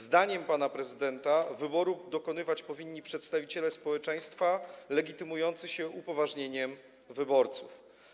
Zdaniem pana prezydenta wyboru dokonywać powinni przedstawiciele społeczeństwa legitymujący się upoważnieniem wyborców.